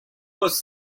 was